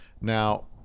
Now